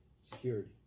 security